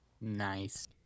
Nice